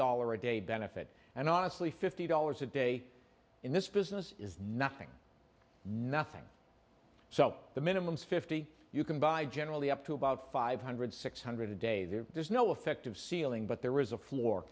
dollar a day benefit and honestly fifty dollars a day in this business is nothing nothing so the minimum fifty you can buy generally up to about five hundred six hundred a day there's no effective ceiling but there is a floor